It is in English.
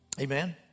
Amen